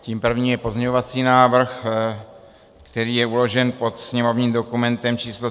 Tím prvním je pozměňovací návrh, který je uložen pod sněmovním dokumentem číslo 3729.